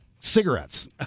Cigarettes